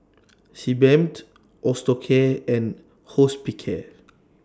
Sebamed Osteocare and Hospicare